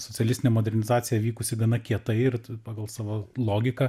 socialistinė modernizacija vykusi gana kietai ir pagal savo logiką